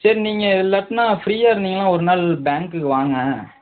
சரி நீங்கள் இல்லாட்டினா ஃப்ரீயாக இருந்தீங்கன்னால் ஒரு நாள் பேங்க்குக்கு வாங்க